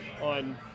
on